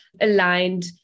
aligned